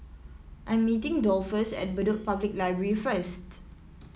I'm meeting Dolphus at Bedok Public Library first